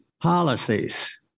policies